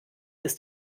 ist